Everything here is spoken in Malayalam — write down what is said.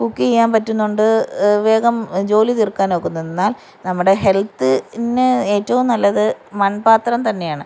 കുക്ക് ചെയ്യാൻ പറ്റുന്നുണ്ട് വേഗം ജോലി തീർക്കാനൊക്കുന്നുന്ന് എന്നാൽ നമ്മുടെ ഹെൽത്തിന് ഏറ്റോം നല്ലത് മൺപാത്രം തന്നെയാണ്